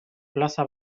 plaza